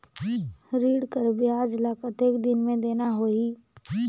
ऋण कर ब्याज ला कतेक दिन मे देना होही?